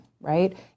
right